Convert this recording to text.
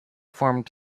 formed